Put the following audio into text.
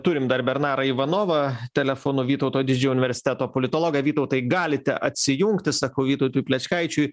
turim dar bernarą ivanovą telefonu vytauto didžiojo universiteto politologą vytautai galite atsijungti sakau vytautui plečkaičiui